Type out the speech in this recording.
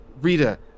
Rita